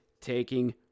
taking